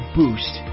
boost